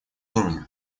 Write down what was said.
уровне